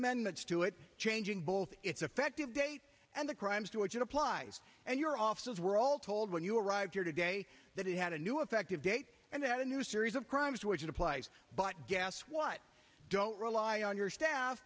amendments to it changing both its effective date and the crimes to which it applies and your offices were all told when you arrived here today that it had a new effective date and that a new series of crimes which applies but guess what don't rely on your staff